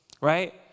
right